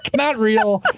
not real.